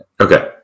Okay